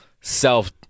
self